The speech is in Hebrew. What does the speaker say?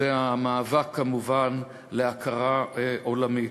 וכמובן המאבק להכרה עולמית.